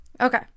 okay